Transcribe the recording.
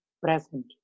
present